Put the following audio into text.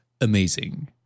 amazing